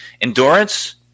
endurance